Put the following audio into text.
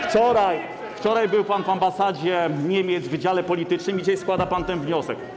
Wczoraj był pan w ambasadzie Niemiec w wydziale politycznym i dzisiaj składa pan ten wniosek.